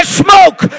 smoke